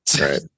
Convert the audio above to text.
Right